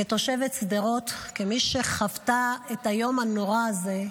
כתושבת שדרות וכמי שחוותה את היום הנורא הזה,